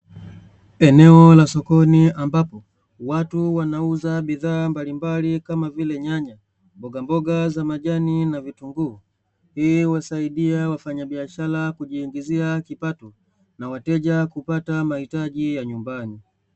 Eneo la sokoni ambapo watu wanauza bidhaa mbalimbali kama mboga za majani huwasaidia wafanya biashara kujipatia kipatona wateja kupata mahitaji mbalimbali